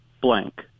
blank